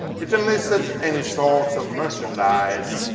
it enlisted any sorts of merchandise.